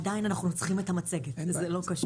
עדיין אנחנו צריכים את המצגת, זה לא קשור.